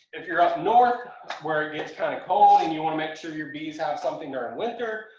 if you're up north where it gets kind of cold and you want to make sure your bees have something during winter,